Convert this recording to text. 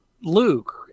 luke